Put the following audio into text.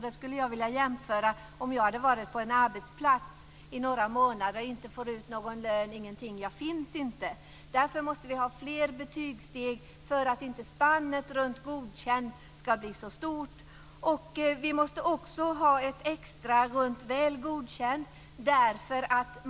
Det skulle jag vilja jämföra med om jag hade varit på en arbetsplats i några månader och inte fått ut någon lön eller någonting. Jag finns inte. Därför måste vi ha fler betygssteg så att inte spannet runt Godkänd ska bli så stort. Vi måste också ha ett extra steg runt Väl godkänd.